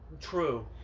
True